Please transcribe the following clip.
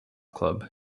club